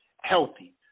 healthy